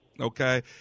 okay